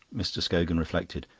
mr. scogan reflected.